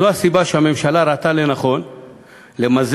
זאת הסיבה שהממשלה ראתה לנכון למזג